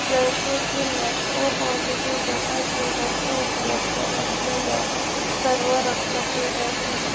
जयपूर जिल्ह्यात O positive गटाचे रक्त उपलब्ध असलेल्या सर्व रक्तपेढ्या शोधा